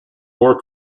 more